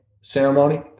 ceremony